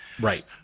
Right